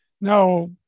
no